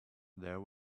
there